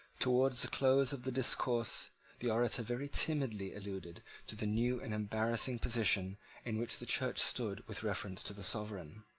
towards the close of the discourse the orator very timidly alluded to the new and embarrassing position in which the church stood with reference to the sovereign,